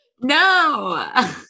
No